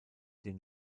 den